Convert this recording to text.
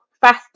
faster